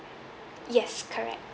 yes correct